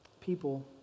people